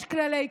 יש כללי קהילה,